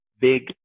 big